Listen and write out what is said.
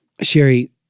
Sherry